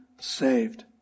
saved